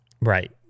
Right